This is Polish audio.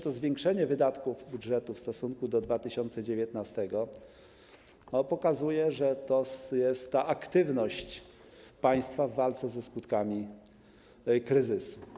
To zwiększenie wydatków budżetu w stosunku do 2019 r. pokazuje, że to jest ta aktywność państwa w walce ze skutkami kryzysu.